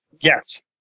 Yes